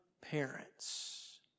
parents